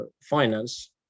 finance